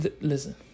Listen